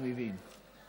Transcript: אני מבין.